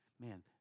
Man